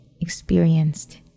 experienced